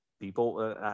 people